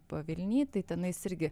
pavilny tai tenais irgi